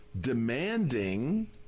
demanding